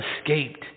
escaped